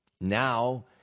Now